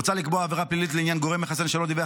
מוצע לקבוע עבירה פלילית לעניין גורם מחסן שלא דיווח